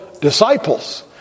disciples